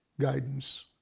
guidance